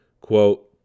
quote